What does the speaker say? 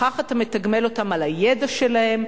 בכך אתה מתגמל אותם על הידע שלהם,